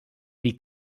wie